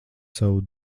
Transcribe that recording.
savu